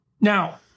now